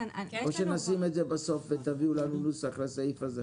או שנשים את זה בסוף ותביאו לנו נוסח לסעיף הזה?